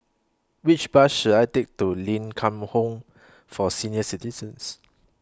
Which Bus should I Take to Ling Kwang Home For Senior Citizens